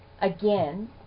again